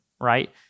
right